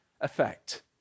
effect